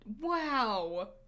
Wow